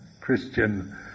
Christian